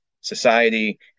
society